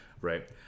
Right